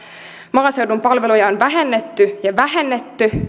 maaseudun palveluja on vähennetty ja vähennetty